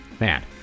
man